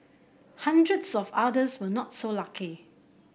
hundreds of others were not so lucky